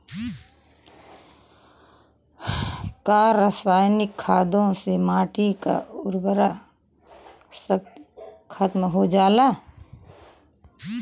का रसायनिक खादों से माटी क उर्वरा शक्ति खतम हो जाला?